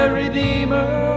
redeemer